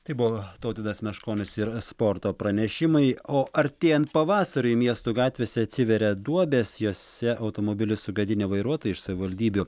tai buvo tautvydas meškonis ir sporto pranešimai o artėjan pavasariui miestų gatvėse atsiveria duobės jose automobilius sugadinę vairuotojai iš savivaldybių